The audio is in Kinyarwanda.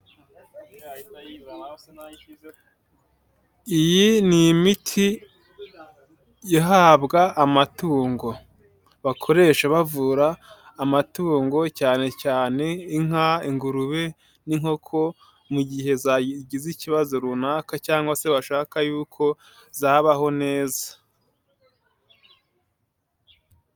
Iyi ni imiti ihabwa amatungo. Bakoresha bavura amatungo cyane cyane inka, ingurube n'inkoko mu gihe zagize ikibazo runaka cyangwa se bashaka yuko zabaho neza.